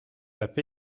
apl